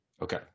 Okay